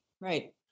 Right